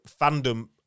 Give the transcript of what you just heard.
fandom